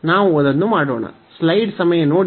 ನಾವು ಅದನ್ನು ಮಾಡೋಣ